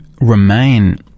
remain